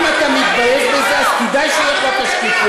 אם אתה מתבייש בזה אז כדאי שתהיה לך שקיפות.